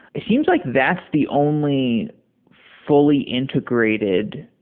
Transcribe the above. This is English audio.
it seems like that's the only fully integrated,